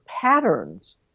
patterns